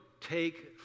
take